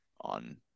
on